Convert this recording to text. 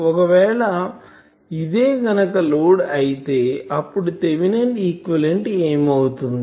ఒకవేళ ఇదే గనుక లోడ్ అయితే ఇప్పుడు థేవినిన్ ఈక్వివలెంట్ Thevenin's equivalent ఏమి అవుతుంది